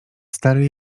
stary